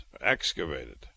excavated